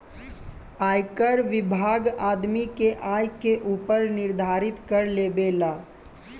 आयकर विभाग आदमी के आय के ऊपर निर्धारित कर लेबेला